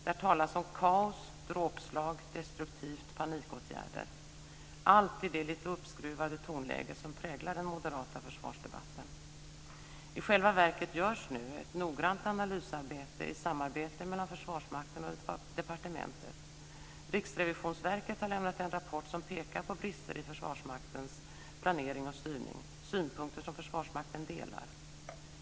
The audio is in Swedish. Där talas det om kaos och dråpslag, att det är destruktivt och att det är panikåtgärder - allt i det lite uppskruvade tonläge som präglar den moderata försvarsdebatten. I själva verket görs nu ett noggrant analysarbete i samarbete mellan Försvarsmakten och departementet. Riksrevisionsverket har lämnat en rapport som pekar på brister i Försvarsmaktens planering och styrning, synpunkter som Försvarsmakten delar.